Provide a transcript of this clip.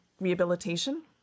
rehabilitation